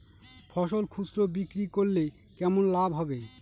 ফসল খুচরো বিক্রি করলে কেমন লাভ হবে?